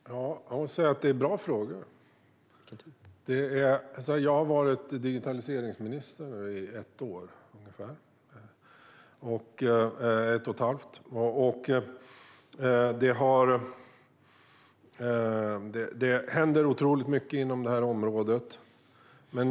Fru talman! Jag måste säga att det är bra frågor. Jag har varit digitaliseringsminister i ungefär ett och ett halvt år. Det händer otroligt mycket inom detta område.